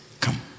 Come